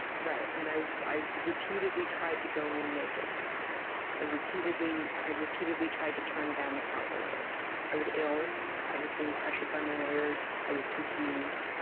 right, and i i repeadetly tried to go in naked i repeadetly i repeadetly tried to turn down the proffer letter i was ill, i was being pressured by my lawyers, i was confused.